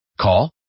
Call